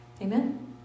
Amen